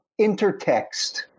intertext